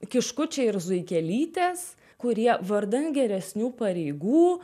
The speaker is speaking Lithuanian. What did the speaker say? kiškučiai ir zuikelytės kurie vardan geresnių pareigų